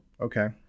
Okay